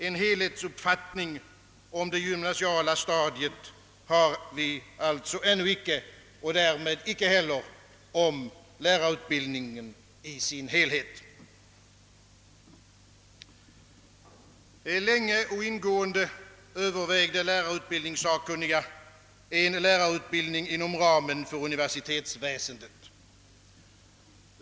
En helhetsuppfatt ning om det gymnasiala stadiet har vi alltså ännu icke och därmed icke heller om lärarutbildningen i dess helhet. Länge och ingående övervägde lärarutbildningssakkunniga en lärarutbildning inom ramen för universitetsväsendet.